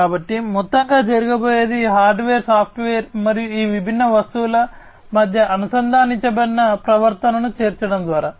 కాబట్టి మొత్తంగా జరగబోయేది హార్డ్వేర్ సాఫ్ట్వేర్ మరియు ఈ విభిన్న వస్తువుల మధ్య అనుసంధానించబడిన ప్రవర్తనను చేర్చడం ద్వారా